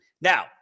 Now